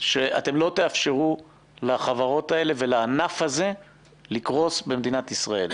שאתם לא תאפשרו לחברות האלה ולענף הזה לקרוס במדינת ישראל.